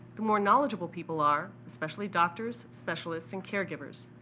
the more knowledgeable people are, especially doctors, specialists, and caregivers,